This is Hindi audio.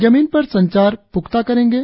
जमीन पर संचार पुख्ता करेंगे